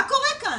מה קורה כאן?